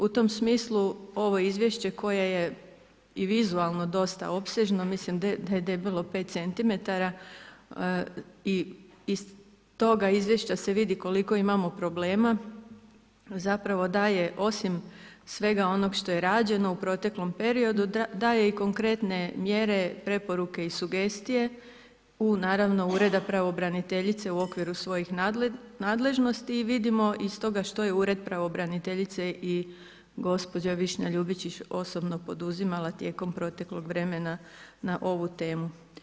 U tom smislu ovo izvješće koje je i vizualno dosta opsežno, mislim da je debelo pet centimetara iz toga izvješća se vidi koliko imamo problema, zapravo daje osim svega što je rađeno u proteklom periodu daje i konkretne mjere preporuke i sugestije Ureda pravobraniteljice u okviru svojih nadležnosti i vidimo iz toga što je Ured pravobraniteljice i gospođa Višnja Ljubičić osobno poduzimala tijekom proteklog vremena na ovu temu.